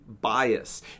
bias